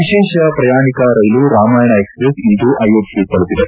ವಿಶೇಷ ಪ್ರಯಾಣಿಕ ರೈಲು ರಾಮಾಯಣ ಎಕ್ಸ್ಪ್ರೆಸ್ ಇಂದು ಅಯೋಧ್ಯೆ ತಲುಪಿದೆ